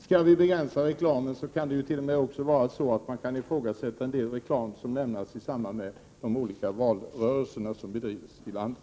Skall vi begränsa reklamen, kan vi kanske t.o.m. ifrågasätta en del reklam i samband med de olika valrörelser som bedrivs i landet.